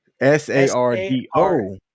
S-A-R-D-O